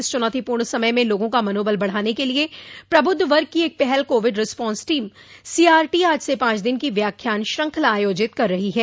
इस चुनौतीपूर्ण समय में लोगों का मनोबल बढ़ाने के लिए प्रबुद्ध वर्ग की एक पहल कोविड रिस्पांस टीम सीआरटी आज से पांच दिन की व्याख्यान श्रृंखला आयोजित कर रही है